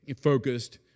focused